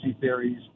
theories